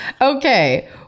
Okay